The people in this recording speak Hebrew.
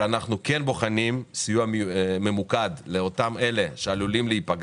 אנחנו כן בוחנים סיוע ממוקד לאותם אלה שעלולים להיפגע,